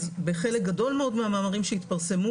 אז בחלק גדול מאוד מהמאמרים שהתפרסמו,